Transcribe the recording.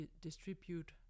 distribute